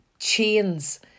chains